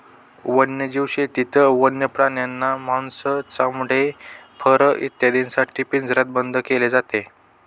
वन्यजीव शेतीत वन्य प्राण्यांना मांस, चामडे, फर इत्यादींसाठी पिंजऱ्यात बंद केले जाते